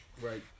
Right